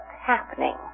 happening